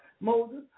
Moses